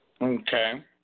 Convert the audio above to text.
Okay